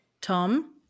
Tom